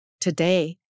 Today